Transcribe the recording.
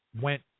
went